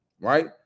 right